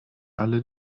alle